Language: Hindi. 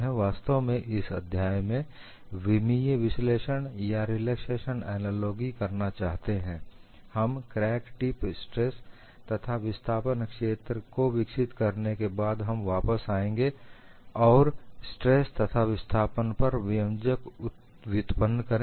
वास्तव में हम इस अध्याय में विमीय विश्लेषण या रिलैक्सेशन एनालोगी करना चाहते हैं हम क्रैक टिप स्ट्रेस तथा विस्थापन क्षेत्र को विकसित करने के बाद हम वापस आएंगे और स्ट्रेस तथा विस्थापन पर व्यंजक व्युत्पन्न करेंगे